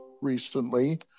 recently